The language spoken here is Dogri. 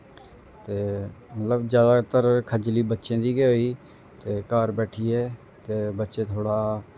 ते मतलब जादातर खज्जली बच्चें दी गै होई ते घर बैठियै ते बच्चे थोह्ड़ा